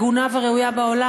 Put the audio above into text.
הגונה וראויה בעולם,